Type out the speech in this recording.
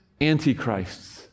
antichrists